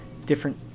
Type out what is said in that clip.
different